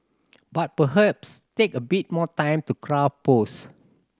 but perhaps take a bit more time to craft posts